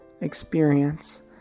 experience